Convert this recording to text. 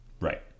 Right